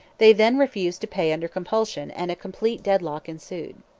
they then refused to pay under compulsion and a complete deadlock ensued.